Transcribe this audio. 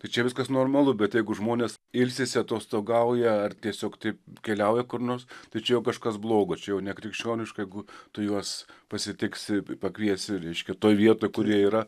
tai čia viskas normalu bet jeigu žmonės ilsisi atostogauja ar tiesiog taip keliauja kur nors tai čia jau kažkas blogo čia jau nekrikščioniška jeigu tu juos pasitiksi pakviesi reiškia toj vietoj kur jie yra